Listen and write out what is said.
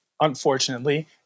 unfortunately